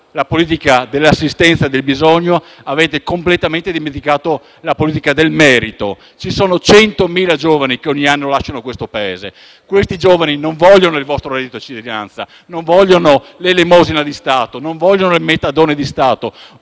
la politica dell'assistenza del bisogno e avete completamente dimenticato la politica del merito. Ci sono 100.000 giovani che ogni anno lasciano questo Paese e che non vogliono il vostro reddito di cittadinanza, non vogliono l'elemosina di Stato, non vogliono il metadone di Stato,